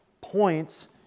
points